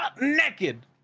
naked